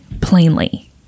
plainly